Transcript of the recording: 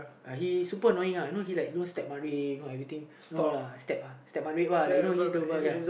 uh he super annoying uh like you know he like you know step you know everything know like step ya